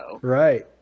Right